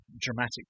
dramatic